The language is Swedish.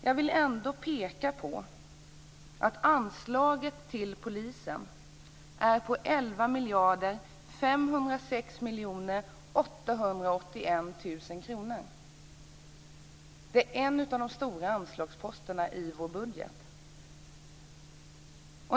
Jag vill ändå peka på att anslagen till polisen är på 11 506 881 000 kr. Det är en av de stora anslagsposterna i vår budget.